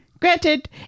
Granted